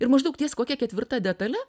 ir maždaug ties kokia ketvirta detale